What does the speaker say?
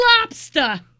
Lobster